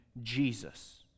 Jesus